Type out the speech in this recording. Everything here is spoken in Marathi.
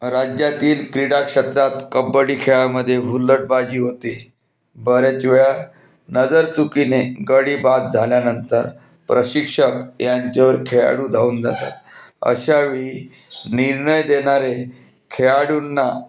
राज्यातील क्रीडा क्षेत्रात कबड्डी खेळामध्ये हुल्लडबाजी होते बऱ्याच वेळा नजरचुकीने गडी बाद झाल्यानंतर प्रशिक्षक ह्यांच्यावर खेळाडू धावून जातात अशावेळी निर्णय देणारे खेळाडूंना